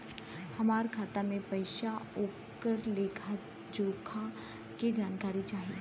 हमार खाता में पैसा ओकर लेखा जोखा के जानकारी चाही?